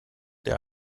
der